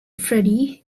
freddie